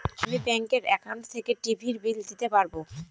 আমি ব্যাঙ্কের একাউন্ট থেকে টিভির বিল দিতে পারবো